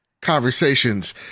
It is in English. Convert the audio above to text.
conversations